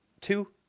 Two